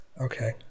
Okay